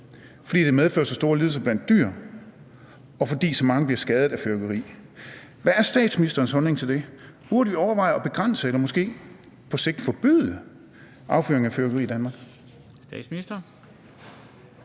fordi det medfører så store lidelser blandt dyr, og fordi så mange bliver skadet af fyrværkeri. Hvad er statsministerens holdning til det? Burde vi overveje at begrænse eller måske på sigt forbyde affyring af fyrværkeri i Danmark?